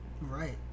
right